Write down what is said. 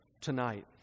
tonight